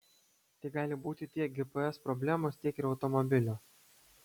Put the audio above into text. tai gali būti tiek gps problemos tiek ir automobilio